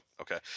Okay